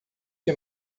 que